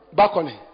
balcony